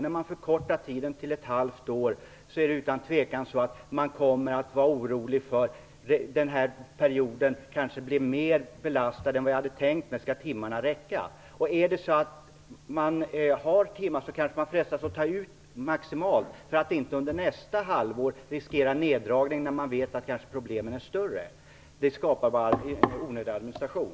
När tiden förkortas till ett halvt år är det utan tvivel så att man kommer att vara orolig för att en period kanske blir mer belastad än man hade tänkt sig. Skall timmarna räcka? Är det så att man har timmar kanske man frestas att ta ut maximalt för att inte under nästa halvår riskera neddragning när man vet att problemen kanske är större. Det skapar enbart onödig administration.